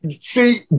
see